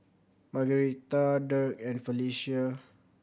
Margueritta Dirk and Felecia